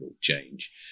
change